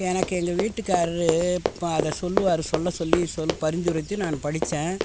எனக்கு எங்கள் வீட்டுக்காரர் அதை சொல்லுவார் சொல்ல சொல்லி சொல் பரிந்துரைத்து நான் படிச்சேன்